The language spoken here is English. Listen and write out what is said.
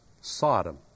sodom